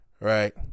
right